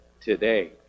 today